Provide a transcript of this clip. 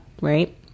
right